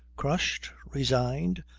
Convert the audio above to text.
crushed, resigned?